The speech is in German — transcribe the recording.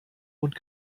und